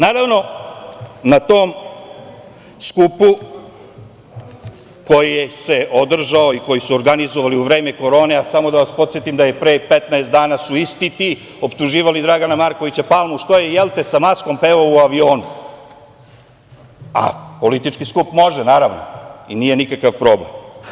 Naravno, na tom skupu koji se održao i koji su organizovali u vreme korone, a samo da vas podsetim da pre 15 dana su isti ti optuživali Dragana Markovića Palmu, što je sa maskom pevao u avionu, a politički skup može, naravno i nije nikakav problem.